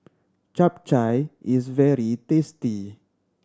Chap Chai is very tasty